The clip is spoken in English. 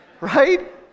Right